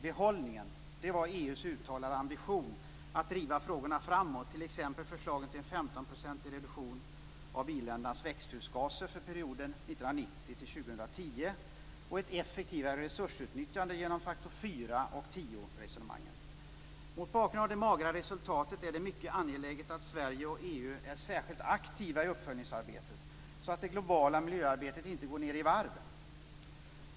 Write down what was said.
Behållningen var EU:s uttalade ambition att driva frågorna framåt, t.ex. förslagen till en 15-procentig reduktion av i-ländernas växthusgaser för perioden 1990-2010 och ett effektivare resursutnyttjande genom faktor-fyra och faktor-tioresonemangen. Mot bakgrund av det magra resultatet är det mycket angeläget att Sverige och EU är särskilt aktiva i uppföljningsarbetet så att det globala miljöarbetet inte går ned i varv.